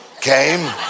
came